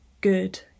good